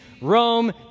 Rome